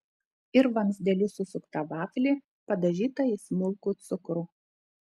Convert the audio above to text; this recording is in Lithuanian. ir vamzdeliu susuktą vaflį padažytą į smulkų cukrų